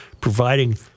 providing